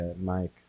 Mike